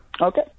Okay